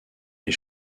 les